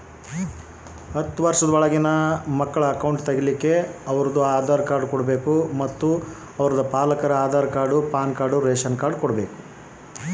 ಹತ್ತುವಷ೯ದ ಒಳಗಿನ ಮಕ್ಕಳ ಅಕೌಂಟ್ ತಗಿಯಾಕ ಏನೇನು ದಾಖಲೆ ಕೊಡಬೇಕು?